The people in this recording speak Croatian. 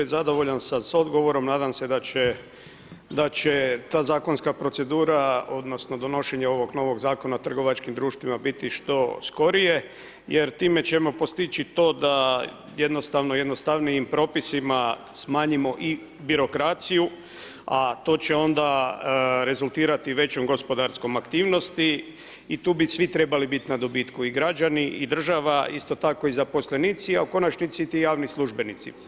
Zadovoljan sam s odgovorom, nadam se da će ta zakonska procedura odnosno donošenje ovog novog Zakona o trgovačkim društvima, biti što skorije, jer time ćemo postići to da, jednostavno, jednostavnijim propisima, smanjimo i birokraciju, a to će onda rezultirati većom gospodarskom aktivnosti, i tu bi svi trebali biti na dobitku, i građani, i država, isto tako i zaposlenici, a u konačnici i ti javni službenici.